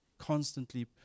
constantly